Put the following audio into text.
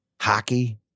hockey